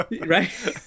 right